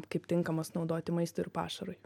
kaip tinkamas naudoti maistui ir pašarui